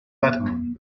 letterman